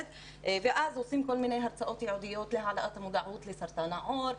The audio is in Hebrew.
ואז עושים כל מיני הרצאות ייעודיות להעלאת המודעות לסרטן העור,